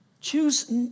Choose